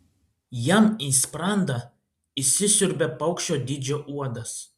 jam į sprandą įsisiurbia paukščio dydžio uodas